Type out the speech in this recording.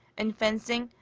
in fencing,